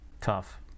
tough